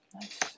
Nice